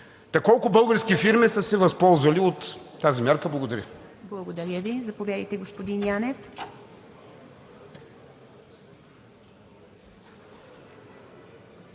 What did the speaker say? Та колко български фирми са се възползвали от тази мярка? Благодаря.